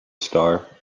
star